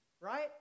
right